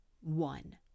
one